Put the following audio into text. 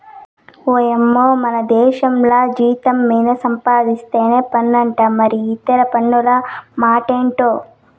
ఓయమ్మో మనదేశంల జీతం మీద సంపాధిస్తేనే పన్నంట మరి ఇతర పన్నుల మాటెంటో